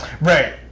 right